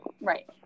Right